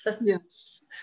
Yes